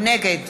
נגד